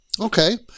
okay